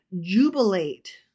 jubilate